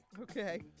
Okay